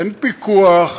אין פיקוח,